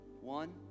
One